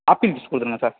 apple juice கொடுங்க sir